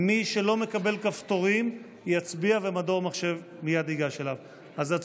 מערכת המחשוב ביצעה אתחול של המערכת ואנחנו מעוניינים